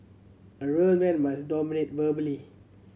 a real man must dominate verbally